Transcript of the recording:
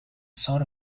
sort